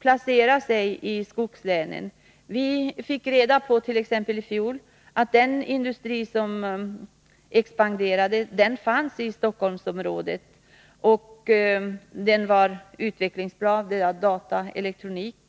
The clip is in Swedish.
placera sig i skogslänen? Vi fick i fjol reda på att den industri som exapanderade och var utvecklingsbar fanns i Stockholmsområdet — det gällde bl.a. dataelektronik.